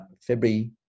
February